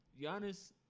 Giannis